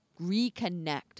reconnect